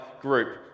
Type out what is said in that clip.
group